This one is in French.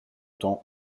temps